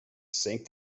sank